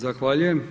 Zahvaljujem.